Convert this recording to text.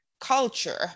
culture